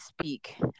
speak